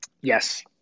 Yes